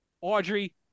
Audrey